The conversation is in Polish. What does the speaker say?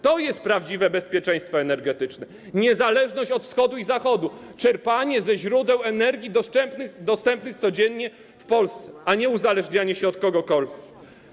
To jest prawdziwe bezpieczeństwo energetyczne - niezależność od Wschodu i Zachodu, czerpanie ze źródeł energii dostępnych codziennie w Polsce, a nie uzależnianie się od kogokolwiek.